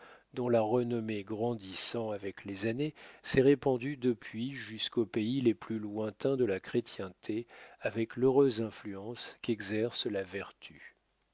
dont la renommée grandissant avec les années s'est répandue depuis jusqu'aux pays les plus lointains de la chrétienté avec l'heureuse influence qu'exerce la vertu